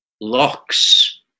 locks